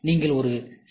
நீங்கள் ஒரு சி